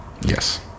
Yes